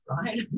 right